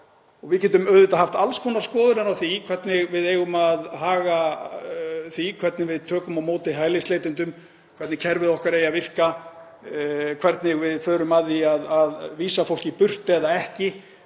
Við getum auðvitað haft alls konar skoðanir á því hvernig við eigum að haga því hvernig við tökum á móti hælisleitendum, hvernig kerfið okkar eigi að virka, hvernig við förum að því að vísa fólki burt eða ekki,